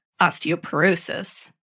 osteoporosis